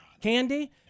Candy